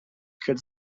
could